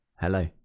Hello